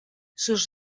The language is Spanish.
sus